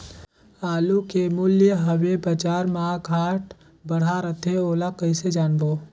आलू के मूल्य हवे बजार मा घाट बढ़ा रथे ओला कइसे जानबो?